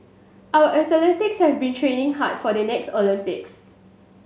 our athletes have been training hard for the next Olympics